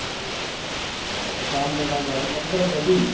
अच्छा शाम ताईं तव्हांखे गाॾी खपंदव अॼ ई